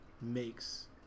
makes